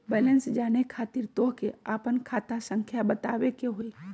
Balance जाने खातिर तोह के आपन खाता संख्या बतावे के होइ?